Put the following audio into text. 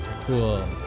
Cool